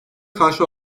karşı